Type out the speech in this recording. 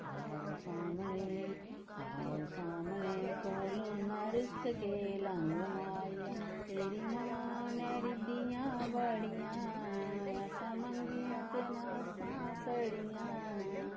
आओ सामने आओ सामने कोलो ना रुस्स के लंघ माहिया तेरी मां ने रिदियां बड़ियां असां मंग्गियां ते नास्सां सड़ियां